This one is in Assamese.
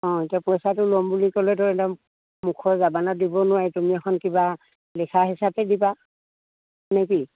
অঁ এতিয়া পইচাটো ল'ম বুলি ক'লেতো এদ মুখৰ জাবানত দিব নোৱোৰি তুমি এখন কিবা লিখা হিচাপে দিবা নে কি